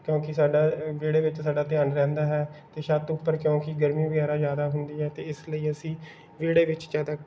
ਕਿਉਂਕਿ ਸਾਡਾ ਵਿਹੜੇ ਵਿੱਚ ਸਾਡਾ ਧਿਆਨ ਰਹਿੰਦਾ ਹੈ ਅਤੇ ਛੱਤ ਉੱਪਰ ਕਿਉਂਕਿ ਗਰਮੀ ਵਗੈਰਾ ਜ਼ਿਆਦਾ ਹੁੰਦੀ ਹੈ ਅਤੇ ਇਸ ਲਈ ਅਸੀਂ ਵਿਹੜੇ ਵਿੱਚ ਜ਼ਿਆਦਾ